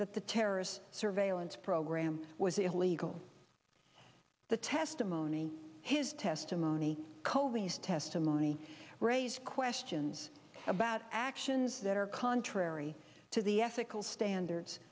that the terrorist surveillance program was illegal the testimony his testimony covies testimony raised questions about actions that are contrary to the ethical standards